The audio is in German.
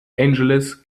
angeles